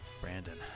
Brandon